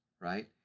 Right